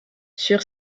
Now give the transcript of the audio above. sur